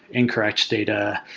incorrect data,